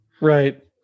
right